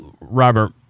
Robert